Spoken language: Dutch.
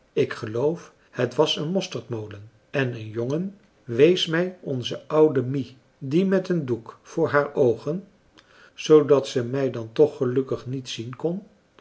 ik geloof het was een mosterdmolen en een jongen wees mij onze oude mie die met een doek voor haar oogen zoodat ze mij dan toch gelukkig niet zien kon